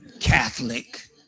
Catholic